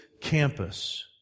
campus